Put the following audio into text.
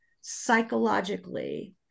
psychologically